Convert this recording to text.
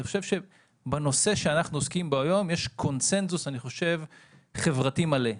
חושב שבנושא שאנחנו עוסקים בו היום יש קונצנזוס חברתי מלא.